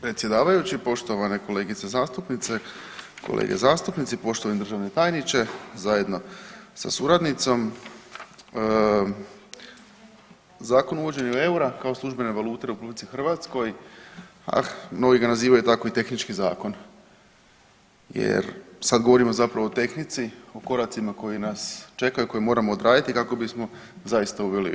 Predsjedavajući, poštovane kolegice zastupnice, kolege zastupnici, poštovani državni tajniče zajedno sa suradnicom, Zakon o uvođenju eura kao službene valute u RH, ah mnogi ga nazivaju tako i tehnički zakon jer sad govorimo zapravo o tehnici, o koracima koji nas čekaju, koje moramo odraditi kako bismo zaista uveli euro.